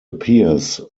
appears